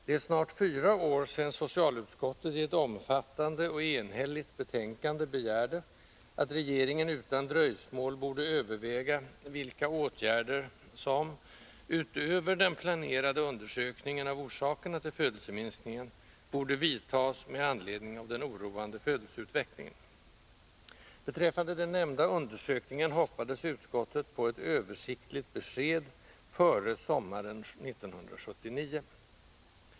Det är snart fyra år sedan socialutskottet i ett omfattande — och enhälligt — betänkande begärde att regeringen utan dröjsmål måtte överväga vilka åtgärder som — utöver den planerade undersökningen av orsakerna till födelseminskningen — borde vidtas med anledning av den oroande födelseutvecklingen. Beträffande den nämnda undersökningen hoppades utskottet på ett översiktligt besked före sommaren 1979.